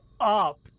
up